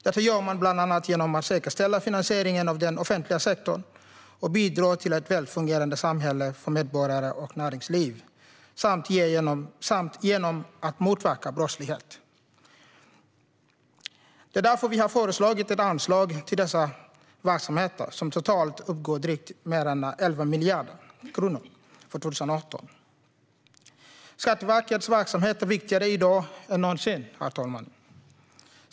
Detta gör man bland annat genom att säkerställa finansieringen av den offentliga sektorn och bidra till ett väl fungerande samhälle för medborgare och näringsliv samt genom att motverka brottslighet. Det är därför vi har föreslagit ett anslag till dessa verksamheter som totalt uppgår till drygt 11 miljarder kronor. Skatteverkets verksamhet är viktigare i dag än någonsin, herr talman.